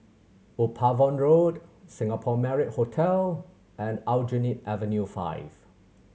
Upavon Road Singapore Marriott Hotel and Aljunied Avenue Five